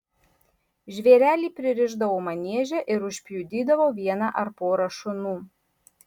žvėrelį pririšdavo manieže ir užpjudydavo vieną ar porą šunų